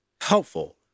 helpful